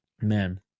Man